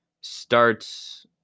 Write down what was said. starts